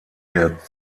der